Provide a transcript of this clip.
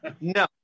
No